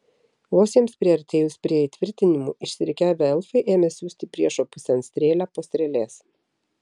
vos jiems priartėjus prie įtvirtinimų išsirikiavę elfai ėmė siųsti priešo pusėn strėlę po strėlės